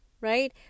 right